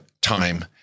time